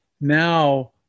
Now